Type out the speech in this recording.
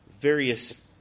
various